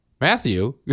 Matthew